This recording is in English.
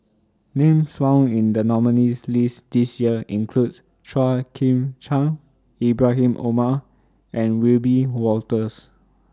Names found in The nominees' list This Year includes Chua Chim Kang Ibrahim Omar and Wiebe Wolters